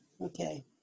Okay